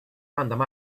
random